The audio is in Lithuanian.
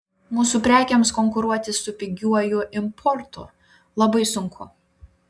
mūsų prekėms konkuruoti su pigiuoju importu labai sunku